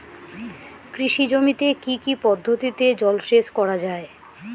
কৃষি জমিতে কি কি পদ্ধতিতে জলসেচ করা য়ায়?